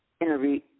Interview